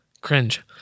Cringe